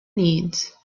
needs